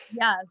Yes